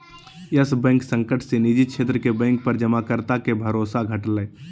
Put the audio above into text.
yes Bank संकट से निजी क्षेत्र के बैंक पर जमाकर्ता के भरोसा घटलय